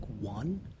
one